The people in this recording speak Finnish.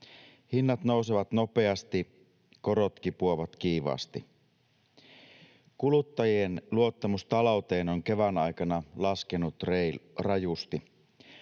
Hinnat nousevat nopeasti, korot kipuavat kiivaasti. Kuluttajien luottamus talouteen on kevään aikana laskenut rajusti.